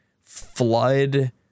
flood